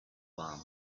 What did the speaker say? warm